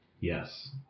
Yes